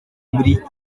muri